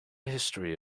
history